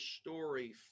story